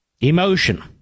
emotion